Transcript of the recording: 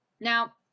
Now